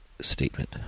statement